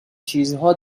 چیزها